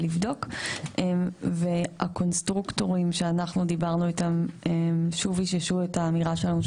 ולבדוק והקונסטרוקטורים שאנחנו דיברנו איתם שוב איששו את האמירה שלנו,